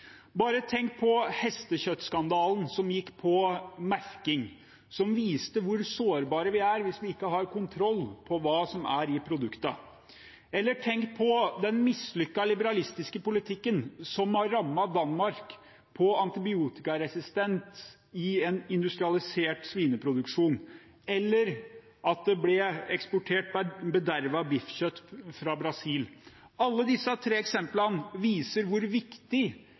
Bare tenk på hestekjøttskandalen, som dreide seg om merking, og som viste hvor sårbare vi er hvis vi ikke har kontroll på hva som er i produktene. Eller tenk på den mislykkede liberalistiske politikken som har rammet Danmark, med antibiotikaresistens i en industrialisert svineproduksjon, eller på at det ble eksportert bedervet biffkjøtt fra Brasil. Alle disse tre eksemplene viser hvor viktig